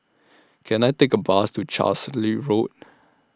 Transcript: Can I Take A Bus to Carlisle Road